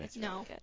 No